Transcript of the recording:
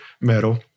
metal